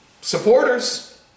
supporters